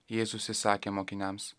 jėzus įsakė mokiniams